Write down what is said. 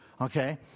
Okay